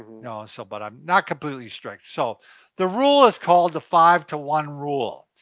you know so but i'm not completely strict. so the rule is called the five to one rule.